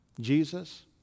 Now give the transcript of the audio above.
Jesus